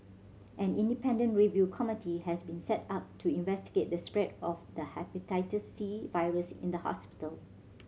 an independent review committee has been set up to investigate the spread of the Hepatitis C virus in the hospital